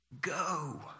Go